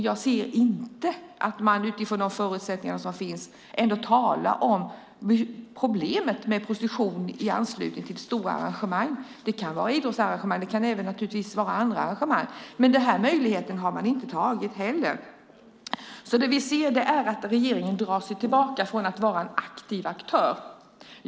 Jag ser inte att man utifrån de förutsättningar som finns talar om problemet med prostitution i anslutning till stora arrangemang. Det kan vara idrottsarrangemang. Det kan naturligtvis även vara andra arrangemang. Men den här möjligheten har man inte heller tagit vara på. Vi ser alltså att regeringen drar sig tillbaka från att vara en aktiv aktör.